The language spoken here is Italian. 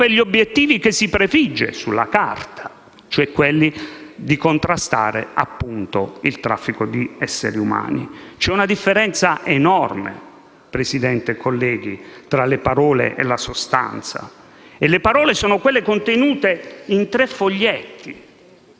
gli obiettivi che si prefigge sulla carta, cioè contrastare il traffico di esseri umani? C'è una differenza enorme, signor Presidente e colleghi, tra le parole e la sostanza. Le parole sono quelle contenute in tre foglietti;